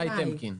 איתי טמקין.